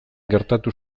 gertatu